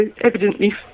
evidently